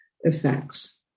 effects